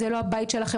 זה לא הבית שלכם.